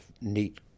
neat